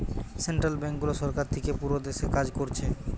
central ব্যাংকগুলো সরকার থিকে পুরো দেশে কাজ কোরছে